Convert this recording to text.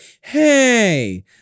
hey